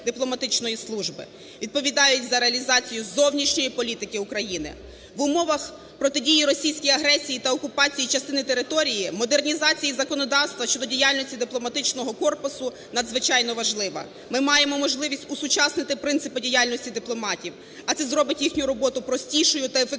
відповідають за реалізацію зовнішньої політики України. В умовах протидії російській агресії та окупації частини території, модернізації законодавства щодо діяльності дипломатичного корпусу надзвичайно важлива. Ми маємо можливість осучаснити принципи діяльності дипломатів, а це зробить їхню роботу простішою та ефективнішою